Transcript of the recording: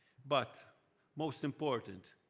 but most important,